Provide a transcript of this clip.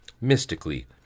mystically